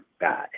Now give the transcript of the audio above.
God